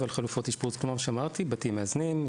חלופות אשפוז כמו שאמרתי בתים מאזנים,